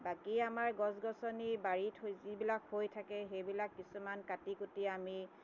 বাকী আমাৰ গছ গছনি বাৰীত যিবিলাক হৈ থাকে সেইবিলাক কিছুমান কাটি কুটি আমি